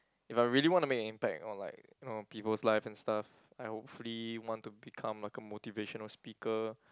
if I really wanna make an impact on like you know people's life and stuff I hopefully want to become like a motivational speaker